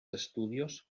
estudios